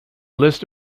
list